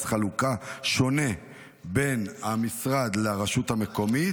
חלוקה שונה בין המשרד לרשות המקומית,